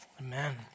Amen